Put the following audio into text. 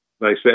nice